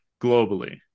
globally